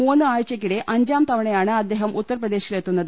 മൂന്ന് ആഴ്ചക്കിടെ അഞ്ചാംതവണയാണ് അദ്ദേഹം ഉത്തർപ്രദേശിലെത്തുന്നത്